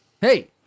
Hey